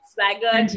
Swagger